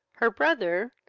her brother,